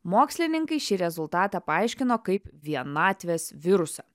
mokslininkai šį rezultatą paaiškino kaip vienatvės virusą